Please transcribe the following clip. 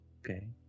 Okay